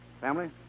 Family